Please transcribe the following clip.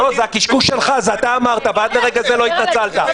זה הקשקוש לך, עד לרגע זה לא התנצלת.